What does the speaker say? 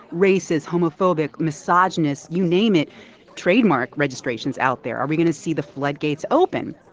racist, homophobic, misogynist you name it trademark registrations out there? are we going to see the floodgates open?